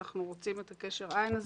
אנחנו רוצים את קשר העין הזה.